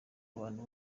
abantu